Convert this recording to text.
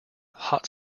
hot